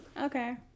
Okay